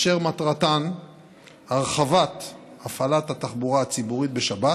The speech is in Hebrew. אשר מטרתן הרחבת הפעלת התחבורה הציבורית בשבת